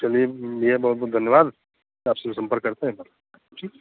चलिए भैया बहुत बहुत धन्यवाद आपसे संपर्क करते हैं ठीक